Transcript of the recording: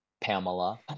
Pamela